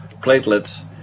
platelets